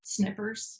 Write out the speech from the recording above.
Snippers